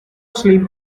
sleep